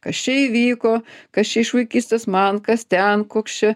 kas čia įvyko kas čia iš vaikystės man kas ten koks čia